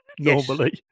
Normally